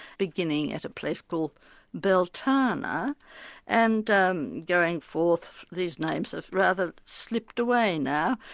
beginning at a place called beltana and um going forth, these names have rather slipped away now,